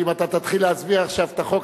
כי אם אתה תתחיל להסביר עכשיו את החוק,